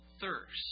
thirst